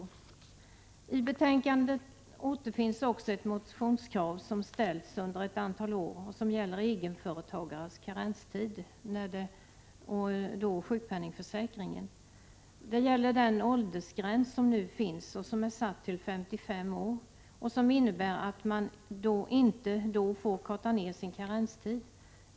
39 I betänkandet återfinns också ett motionskrav som ställts under ett antal år och som gäller egenföretagares karenstid i sjukpenningförsäkringen. Det gäller den nuvarande åldergränsen 55 år för övergång till kortare eller ingen karenstid.